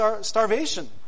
starvation